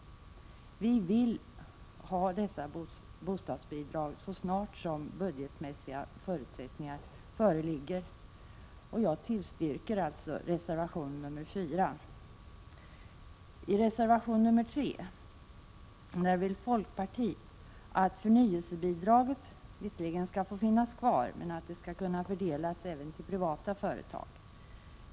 Vi vill ha dessa bostadsbidrag så snart som budgetmässiga förutsättningar föreligger. Jag tillstyrker alltså reservation 4. I reservation 3 vill folkpartiet att förnyelsebidraget visserligen skall få finnas kvar men att det skall kunna fördelas även till privata företag.